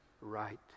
right